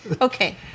okay